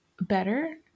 better